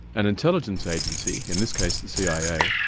an intelligence agency, in this case the cia,